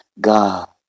God